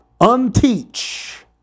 unteach